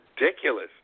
ridiculous